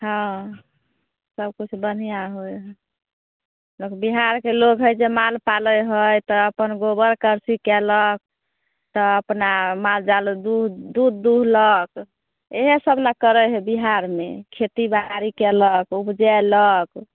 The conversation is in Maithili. हँ सबकिछु बढ़िआँ होइ हइ बस बिहारके लोक हइ जे माल पालै हइ तऽ अपन गोबर करसी कएलक तऽ अपना मालजाल दूध दूध दुहलक इएहसब ने करै हइ बिहारमे खेतीबाड़ी केलक उपजेलक